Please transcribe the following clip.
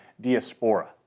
diaspora